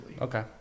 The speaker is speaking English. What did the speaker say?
Okay